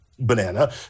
banana